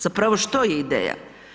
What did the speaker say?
Zapravo, što je ideja.